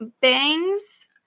bangs